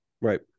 Right